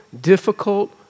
difficult